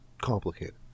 complicated